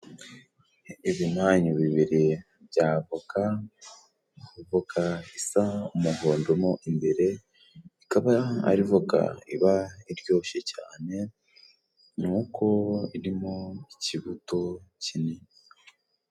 Ibimanyu bibiri bya avoka , voka isa umuhondo mo imbere ikaba ari voka iba iryoshye cyane ni uko irimo ikibuto kinini